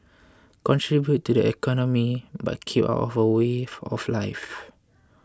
contribute to the economy but keep out of our way of life